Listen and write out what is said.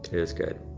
it is good,